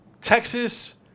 Texas